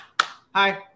Hi